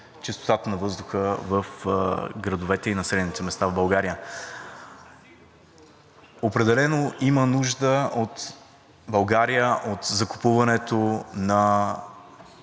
чистотата на въздуха в градовете и населените места в България. Определено има нужда България от закупуването на